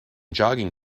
jogging